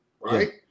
Right